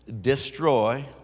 destroy